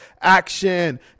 Action